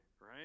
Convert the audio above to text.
right